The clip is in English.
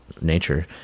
nature